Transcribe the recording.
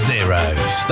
Zeros